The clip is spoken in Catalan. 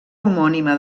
homònima